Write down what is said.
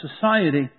society